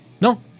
no